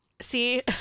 See